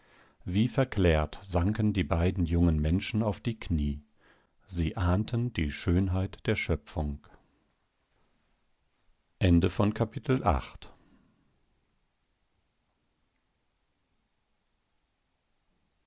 wie verklärt sanken die beiden jungen menschen auf die knie sie ahnten die schönheit der schöpfung